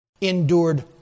endured